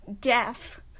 death